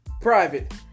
private